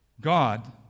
God